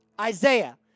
Isaiah